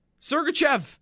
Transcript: Sergachev